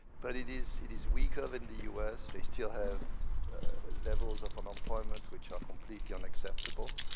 but it is it is weaker than the u s. they still have levels of unemployment which are completely unacceptable